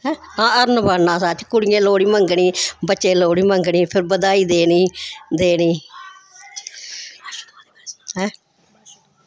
हैं हरण बनना सच्च कुड़ियें लोह्ड़ी मंगनी बच्चें लोह्ड़ी मंगनी फिर बधाई देनी देनी ऐं